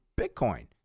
Bitcoin